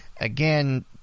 Again